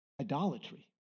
Idolatry